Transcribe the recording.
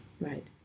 Right